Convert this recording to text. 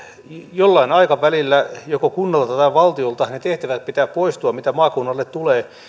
jollain aikavälillä joko kunnalta tai valtiolta niiden tehtävien pitää poistua mitä maakunnalle tulee